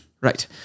Right